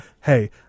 Hey